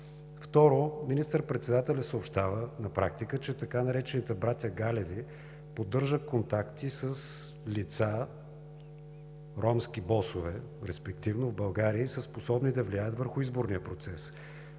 Второ, министър-председателят съобщава на практика, че така наречените братя Галеви поддържат контакти с лица – ромски босове, респективно в България, и са способни да влияят върху изборния процес.